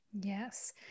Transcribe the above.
Yes